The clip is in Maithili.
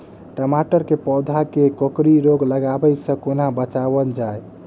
टमाटर केँ पौधा केँ कोकरी रोग लागै सऽ कोना बचाएल जाएँ?